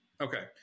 Okay